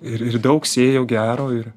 ir ir daug sėjo gero ir